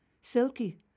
Silky